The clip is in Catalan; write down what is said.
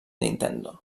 nintendo